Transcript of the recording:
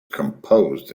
composed